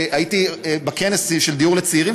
היינו בכנס של דיור לצעירים,